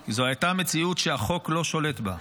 כי זו הייתה מציאות שהחוק לא שולט בה.